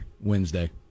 Wednesday